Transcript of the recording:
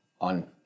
on